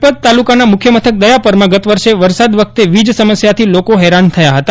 લખપત તાલુકાનાં મુખ્ય મથક દયાપરમાં ગત વર્ષે વરસાદ વખતે વીજ સમસ્યાથી લોકો ફેરાન થયા ફતા